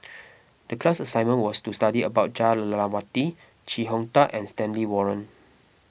the class assignment was to study about Jah Lelawati Chee Hong Tat and Stanley Warren